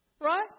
right